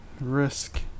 risk